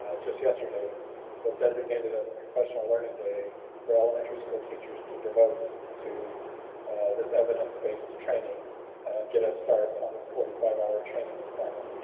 ah just yesterday was designated as a professional learning day for elementary school teachers to devote to this evidence based training and get a start on this forty five hour training requirement.